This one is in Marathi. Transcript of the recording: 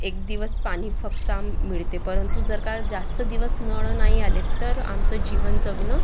एक दिवस पाणी फक्त आम मिळते परंतु जर का जास्त दिवस नळ नाही आले तर आमचं जीवन जगणं